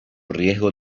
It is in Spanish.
riesgo